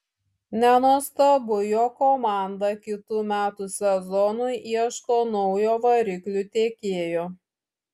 nenuostabu jog komanda kitų metų sezonui ieško naujo variklių tiekėjo